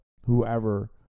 whoever